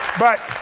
but,